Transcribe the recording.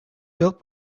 built